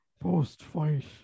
post-fight